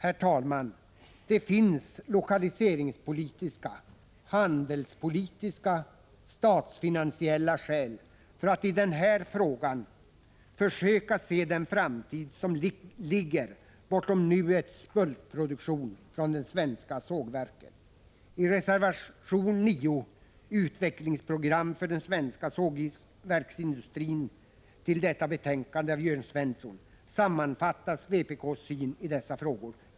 Herr talman! Det finns lokaliseringspolitiska, handelspolitiska och statsfinansiella skäl för att i den här frågan försöka se den framtid som ligger bortom nuets bulkproduktion från de svenska sågverken. I reservation 9 av Jörn Svensson vid detta betänkande, Utvecklingsprogram för den svenska sågverksindustrin, sammanfattas vpk:s syn i dessa frågor.